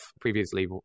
previously